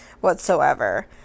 whatsoever